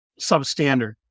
substandard